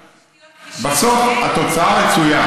בסוף, התוצאה הרצויה,